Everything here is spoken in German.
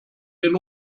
den